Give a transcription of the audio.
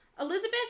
Elizabeth